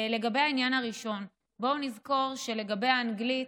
לגבי העניין הראשון, בואו נזכור שלגבי האנגלית,